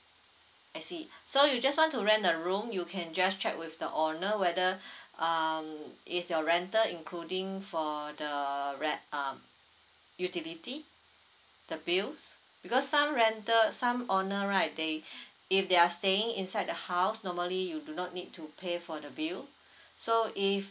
I see so you just want to rent a room you can just check with the owner whether um is your rental including for the re~ um utility the bills because some rental some owner right they if they are staying inside the house normally you do not need to pay for the bill so if